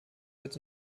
wird